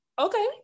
Okay